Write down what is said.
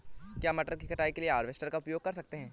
क्या मटर की कटाई के लिए हार्वेस्टर का उपयोग कर सकते हैं?